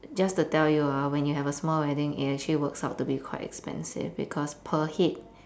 just to tell you ah when you have a small wedding it actually works out to be quite expensive because per head